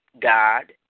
God